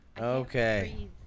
okay